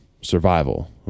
survival